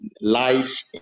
life